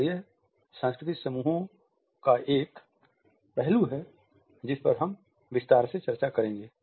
और यह सांस्कृतिक समूहों का एक पहलू है जिस पर हम विस्तार से चर्चा करेंगे